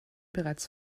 bereits